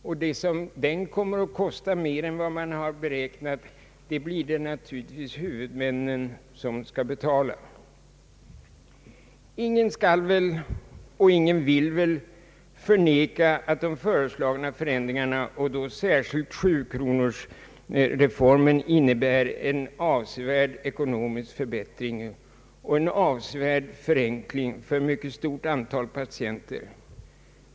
Vad den kommer att kosta mer än man beräknat får naturligtvis huvudmännen betala. Ingen skall och ingen vill väl förneka att de föreslagna ändringarna — särskilt sjukronorsreformen — innebär en avsevärd ekonomisk förbättring och en avsevärd förenkling för ett mycket stort antal patienter.